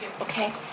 Okay